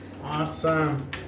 Awesome